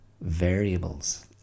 variables